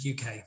UK